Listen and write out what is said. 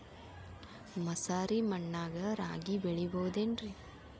ಮಸಾರಿ ಮಣ್ಣಾಗ ರಾಗಿ ಬೆಳಿಬೊದೇನ್ರೇ?